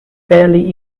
fairly